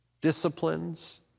disciplines